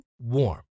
warm